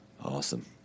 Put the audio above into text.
Awesome